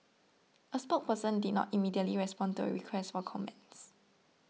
a spokesperson did not immediately respond to a request for comments